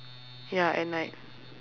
ya at night